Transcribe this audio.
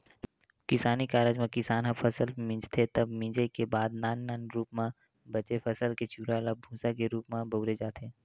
किसानी कारज म किसान ह फसल मिंजथे तब मिंजे के बाद नान नान रूप म बचे फसल के चूरा ल भूंसा के रूप म बउरे जाथे